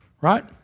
Right